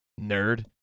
Nerd